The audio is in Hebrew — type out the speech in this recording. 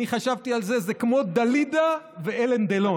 אני חשבתי על זה, זה כמו דלידה ואלן דלון.